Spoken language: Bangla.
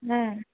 হ্যাঁ